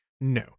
No